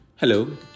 hello